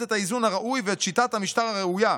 את האיזון הראוי ואת שיטת המשטר הראויה,